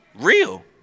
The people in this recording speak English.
real